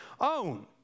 own